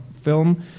film